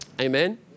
amen